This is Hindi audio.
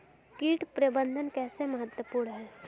कीट प्रबंधन कैसे महत्वपूर्ण है?